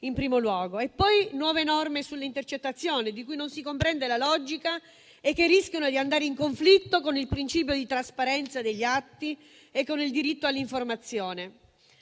poi nuove norme sulle intercettazioni, di cui non si comprende la logica e che rischiano di andare in conflitto con il principio di trasparenza degli atti e con il diritto all'informazione.